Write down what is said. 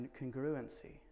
congruency